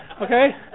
okay